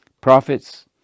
prophets